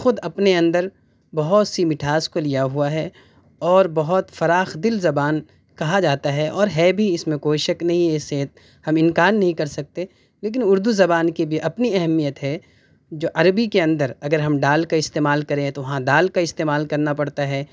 خود اپنے اندر بہت سی مٹھاس کو لیا ہوا ہے اور بہت فراخ دل زبان کہا جاتا ہے اور ہے بھی اس میں کوئی شک نہیں اس سے ہم انکار نہیں کر سکتے لیکن اردو زبان کی بھی اپنی اہمیت ہے جو عربی کے اندر اگر ہم ڈال کا استعمال کریں تو ہاں دال کا استعمال کرنا پڑتا ہے